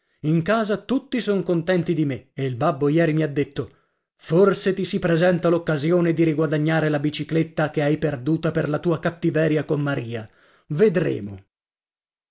in casa tutti son contenti di me e il babbo ieri mi ha detto forse ti si presenta l'occasione di riguadagnare la bicicletta che hai perduta per la tua cattiveria con maria vedremo